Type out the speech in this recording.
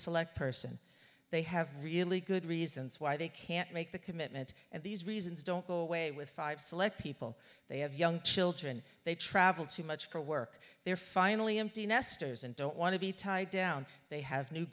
select person they have really good reasons why they can't make the commitment and these reasons don't go away with five select people they have young children they travel too much for work they're finally empty nesters and don't want to be tied down they have new